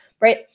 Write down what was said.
Right